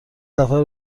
سفر